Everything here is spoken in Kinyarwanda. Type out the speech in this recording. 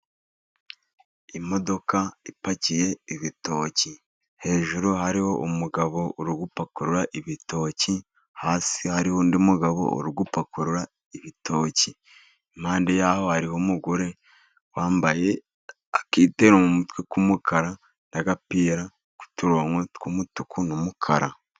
Imodoka ipakiye ibitoki, hejuru hariho umugabo uri gupakurura ibitoki, hasi hariho undi mugabo uri gupakurura ibitoki. Impande yaho hariho umugore wambaye akitero mu mutwe k'umukara, agapira k'uturonko tw'umutuku n'umukara.